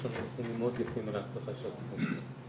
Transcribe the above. יש לנו נתונים מאוד יפים על ההצלחה של התכנית הזו.